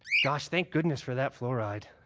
gosh, thank goodness for that fluoride.